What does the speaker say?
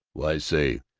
why say,